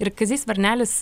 ir kazys varnelis